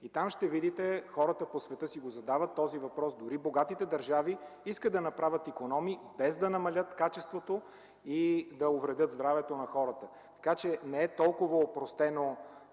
Там ще видите, че хората по света си задават този въпрос. Дори богатите държави искат да направят икономии, без да намалят качеството и да увредят здравето на хората. Така че не е толкова опростено.